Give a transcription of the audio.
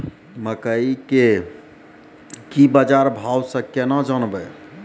मकई के की बाजार भाव से केना जानवे?